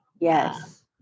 Yes